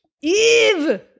Eve